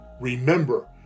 Remember